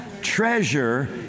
treasure